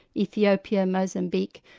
ethiopia, mozambique,